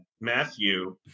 Matthew